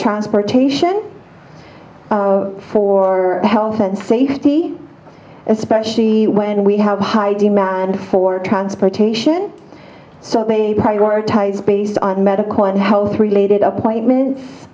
transportation for health and safety especially when we have high demand for transportation so it may prioritize based on medical and health related appointments